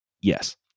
Yes